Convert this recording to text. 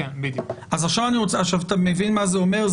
אתה מבין מה זה אומר?